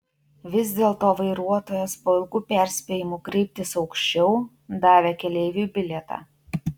vis dėlto vairuotojas po ilgų perspėjimų kreiptis aukščiau davė keleiviui bilietą